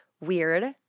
weird